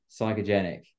psychogenic